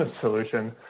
solution